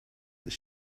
that